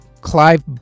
Clive